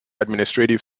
administrative